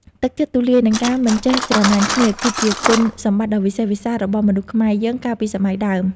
ទឹកចិត្តទូលាយ និងការមិនចេះច្រណែនគ្នា គឺជាគុណសម្បត្តិដ៏វិសេសវិសាលរបស់មនុស្សខ្មែរយើងកាលពីសម័យដើម។